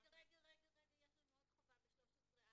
נוריד את ה --- ב-13(א)